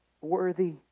worthy